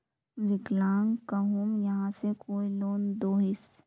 विकलांग कहुम यहाँ से कोई लोन दोहिस?